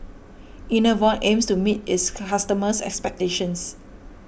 Enervon aims to meet its customers' expectations